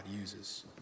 uses